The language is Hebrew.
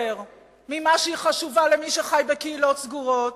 ממה שהיא חשובה למי שחי בקהילות סגורות,